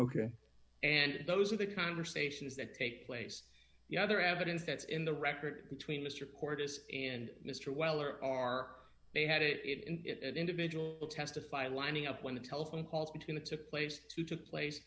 ok and those are the conversations that take place the other evidence that's in the record between mr courtis and mr weller are they had it in an individual will testify lining up when the telephone calls between it took place to took place